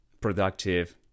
productive